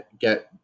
get